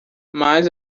mais